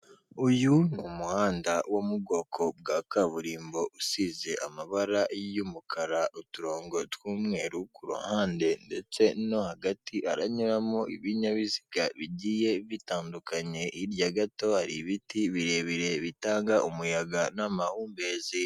Uyu ni umuhanda wo mu bwoko bwa kaburimbo usize amabara y'umukara uturongo tw'umweru kuhande ndetse no hagati haranyuramo ibinyabiziga bigiye bitandukanye, hirya gato hari ibiti birebire bitaga umuyaga n'amahumbezi.